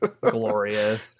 Glorious